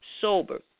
sober